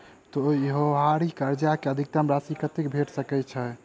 त्योहारी कर्जा मे अधिकतम राशि कत्ते भेट सकय छई?